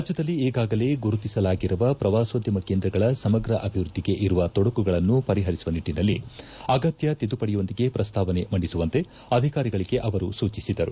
ರಾಜ್ಯದಲ್ಲಿ ಈಗಾಗಲೇ ಗುರುತಿಸಲಾಗಿರುವ ಪ್ರವಾಸೋದ್ಧಮ ಕೇಂದ್ರಗಳ ಸಮಗ್ರ ಅಭಿವೃದ್ದಿಗೆ ಇರುವ ತೊಡಕುಗಳನ್ನು ಪರಿಹರಿಸುವ ನಿಟ್ಟನಲ್ಲಿ ಅಗತ್ತ ತಿದ್ದುಪಡಿಯೊಂದಿಗೆ ಪ್ರಸ್ತಾವನೆ ಮಂಡಿಸುವಂತೆ ಅಧಿಕಾರಿಗಳಿಗೆ ಅವರು ಸೂಚಿಸಿದರು